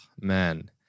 man